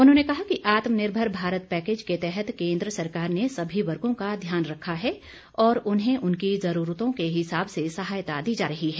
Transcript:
उन्होंने कहा कि आत्मनिर्भर भारत पैकेज के तहत केन्द्र सरकार ने सभी वर्गों का ध्यान रखा है और उन्हें उनकी ज़रूरतों के हिसाब से सहायता दी जा रही है